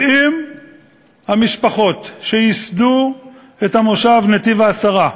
70 המשפחות שייסדו את המושב נתיב-העשרה,